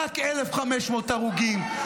רק 1,500 הרוגים,